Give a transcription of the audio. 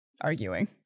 arguing